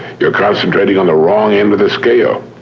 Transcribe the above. you're concentrating on the wrong end of the scale.